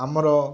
ଆମର